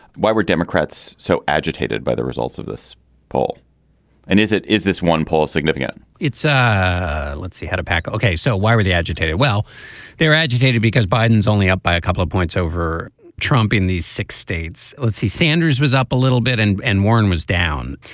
why were democrats so agitated by the results of this poll and is it is this one poll significant it's ah let's see how to pack. ok. so why were they agitated well they're agitated because biden's only up by a couple of points over trump in these six states. let's see sanders was up a little bit and and warren was down.